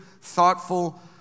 thoughtful